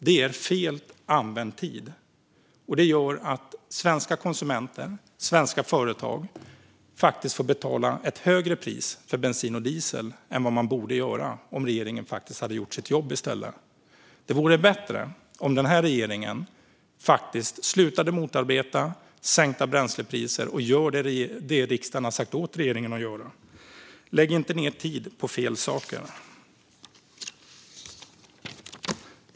Det är felaktigt använd tid, och det gör att svenska konsumenter och svenska företag faktiskt får betala ett högre pris för bensin och diesel än vad de borde göra om regeringen faktiskt hade gjort sitt jobb. Det vore bättre om den här regeringen slutade motarbeta sänkta bränslepriser och gjorde det som riksdagen har sagt åt regeringen att göra. Lägg inte ned tid på fel saker!